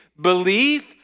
Belief